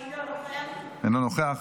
אינו נוכח,